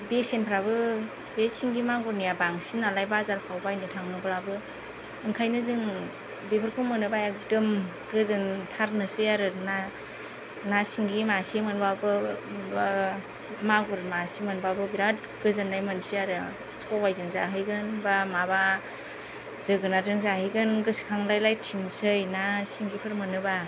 बेसेनफ्राबो बे सिंगि मागुरनिया बांसिन नालाय बाजारफ्राव बायनो थाङोब्लाबो ओंखायनो जों बेफोरखौ मोनोबा एकदम गोजोन थारनोसै आरो ना ना सिंगि मासे मोनबाबो बा मागुर मासे मोनबाबो बिरात गोननाय मोनसै आरो सबायजों जाहैगोन बा माबा जोगोनारजों जाहैगोन गोसोखांलायथिंसै ना सिंगिफोर मोनोबा